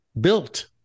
built